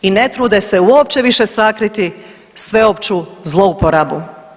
I ne trude se uopće više sakriti sveopću zlouporabu.